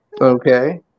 Okay